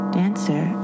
dancer